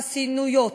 שונים בענייני חסיונות.